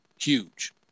Huge